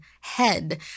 head